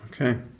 Okay